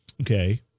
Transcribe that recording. Okay